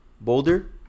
Boulder